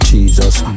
Jesus